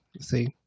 see